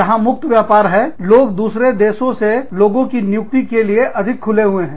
जहां मुक्त व्यापार है लोग दूसरे देशों के लोगों की नियुक्ति के लिए अधिक खुले हैं